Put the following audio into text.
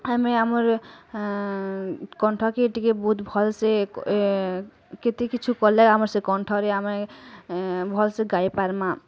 ଆମେ ଆମର୍ କଣ୍ଠକେ ଟିକେ ବହୁତ୍ ଭଲ୍ ସେ କେତେ କିଛୁ କଲେ ଆମେ ସେ କଣ୍ଠରେ ଆମେ ଭଲ୍ ସେ ଗାଇ ପାର୍ମା